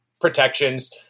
protections